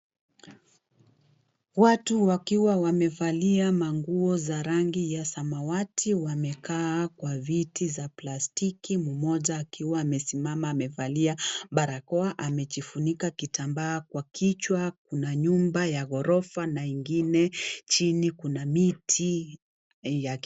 Watu wakiwa wamevalia manguo za rangi ya samawati wamekaa kwa viti za plastiki mmoja akiwa amesimama amevalia barakoa , amejifunika kitambaa kwa kichwa. Kuna nyumba ya ghorofa na ingine, chini kuna miti ya.